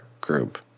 group